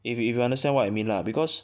if you if you understand what I mean lah because